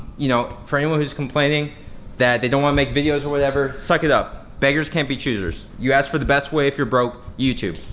you know for anyone who's complaining that they don't wanna make videos or whatever, suck it up. beggars can't be choosers. you asked for the best way if you're broke, youtube,